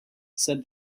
said